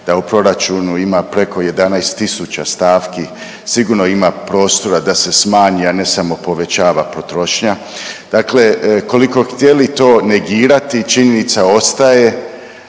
da u proračunu ima preko 11 tisuća stavki, sigurno ima prostora da se smanji, a ne samo povećava potrošnja. Dakle, koliko htjeli to negirati činjenica ostaje